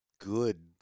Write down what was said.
good